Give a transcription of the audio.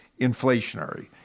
inflationary